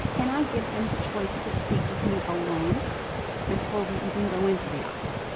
and i give them the choice to speak with me alone before we even go into the office.